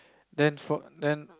then for then